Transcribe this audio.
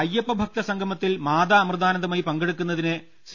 അയ്യപ്പഭക്ത സംഗമത്തിൽ മാതാ അമൃതാനന്ദമയി പങ്കെടുക്കുന്നതിനെ സി